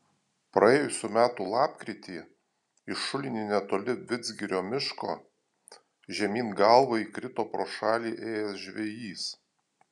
praėjusių metų lapkritį į šulinį netoli vidzgirio miško žemyn galva įkrito pro šalį ėjęs žvejys